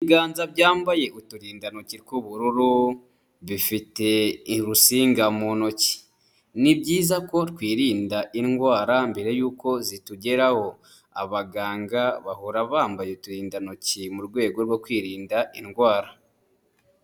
Ibiganza byambaye uturindantoki tw'ubururu bifite urusinga mu ntoki, ni byiza ko twirinda indwara mbere y'uko zitugeraho. Abaganga bahora bambaye uturindantoki mu rwego rwo kwirinda indwara.